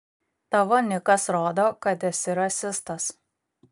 tavo nikas rodo kad esi rasistas